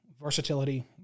versatility